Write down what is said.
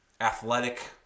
athletic